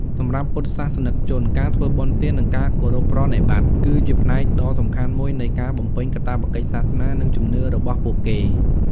សម្រាប់ពុទ្ធសាសនិកជន ការធ្វើបុណ្យទាន និងការគោរពប្រណិប័តន៍ គឺជាផ្នែកដ៏សំខាន់មួយនៃការបំពេញកាតព្វកិច្ចសាសនា និងជំនឿរបស់ពួកគេ។